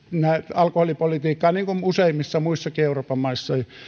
alkoholipolitiikkaa niin kuin useimmissa muissakin euroopan maissa eli